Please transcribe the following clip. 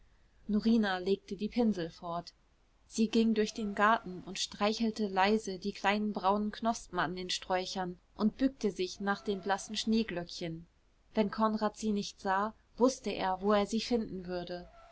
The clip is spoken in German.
norina legte die pinsel fort sie ging durch den garten und streichelte leise die kleinen braunen knospen an den sträuchern und bückte sich nach den blassen schneeglöckchen wenn konrad sie nicht sah wußte er wo er sie finden würde